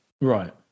Right